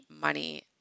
money